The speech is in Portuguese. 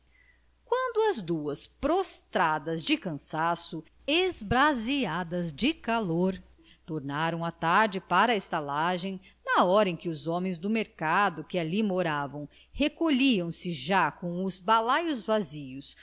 quando as duas prostradas de cansaço esbraseadas de calor tornaram à tarde para a estalagem na hora em que os homens do mercado que ali moravam recolhiam se já com os balaios vazios